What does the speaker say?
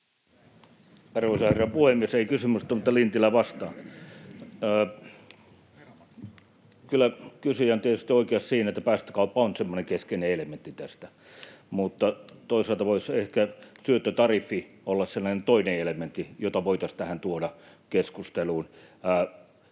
herra puhemies! Ei kysymystä, mutta Lintilä vastaa: Kyllä kysyjä on tietysti oikeassa siinä, että päästökauppa on semmoinen keskeinen elementti tässä, mutta toisaalta voisi ehkä syöttötariffi olla sellainen toinen elementti, jota voitaisiin tuoda tähän keskusteluun.